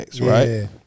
right